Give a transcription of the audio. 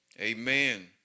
amen